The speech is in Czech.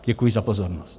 Děkuji za pozornost.